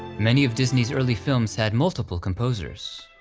many of disney's early films had multiple composers.